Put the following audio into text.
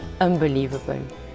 Unbelievable